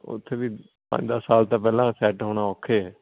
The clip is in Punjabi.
ਓਥੇ ਵੀ ਪੰਜ ਦਸ ਸਾਲ ਤਾਂ ਪਹਿਲਾਂ ਸੈੱਟ ਹੋਣਾ ਔਖਾ ਐ